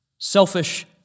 Selfish